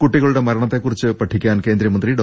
കുട്ടികളുടെ മരണത്തെക്കുറിച്ച് പഠിക്കാൻ കേന്ദ്രമന്ത്രി ഡോ